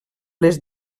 les